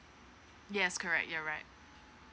yes correct you're right